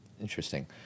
Interesting